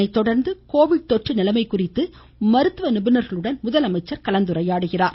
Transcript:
அதனைத் தொடா்ந்து கோவிட் தொற்று நிலைமை குறித்து மருத்துவ நிபுணர்களுடன் முதலமைச்சர் கலந்துரையாடுகிறார்